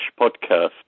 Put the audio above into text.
podcast